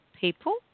people